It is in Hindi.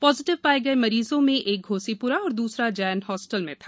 पॉजिटिव पाए गए मरीजों में एक घोसीप्रा और दूसरा जैन हॉस्टल में था